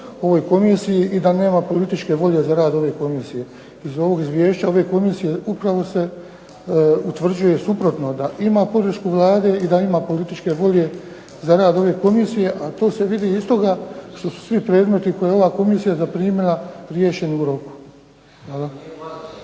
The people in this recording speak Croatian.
ovoj komisiji i da nema političke volje za rad ove komisije. Iz ovog izvješća ove komisije upravo se utvrđuje suprotno, da ima podršku Vlade i da ima političke volje za rad ove komisije. A to se vidi iz toga što su svi predmeti koje je ova komisija zaprimila riješeni u roku.